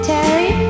Terry